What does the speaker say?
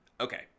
okay